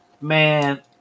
man